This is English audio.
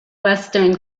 western